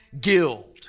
guild